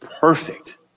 perfect